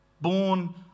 Born